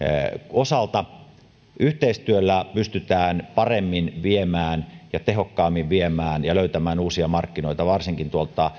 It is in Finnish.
osalta yhteistyöllä pystytään paremmin ja tehokkaammin viemään ja löytämään uusia markkinoita varsinkin